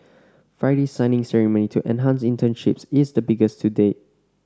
Friday's signing ceremony to enhance internships is the biggest to date